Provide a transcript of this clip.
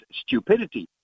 stupidity